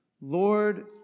Lord